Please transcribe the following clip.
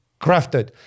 crafted